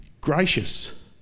gracious